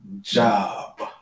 job